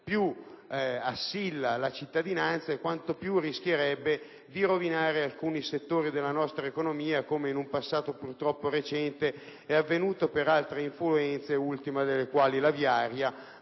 più assilla la cittadinanza e quanto più rischierebbe di rovinare alcuni settori della nostra economia, come in un passato recente è avvenuto per altre influenze (ultima delle quali è stata